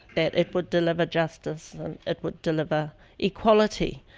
that it would deliver justice, and it would deliver equality.